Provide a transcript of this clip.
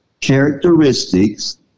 characteristics